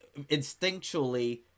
instinctually